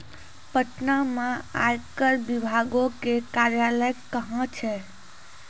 पटना मे आयकर विभागो के कार्यालय कहां छै?